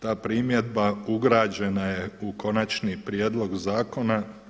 Ta primjedba ugrađena je u konačni prijedlog zakona.